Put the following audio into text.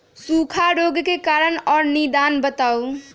सूखा रोग के कारण और निदान बताऊ?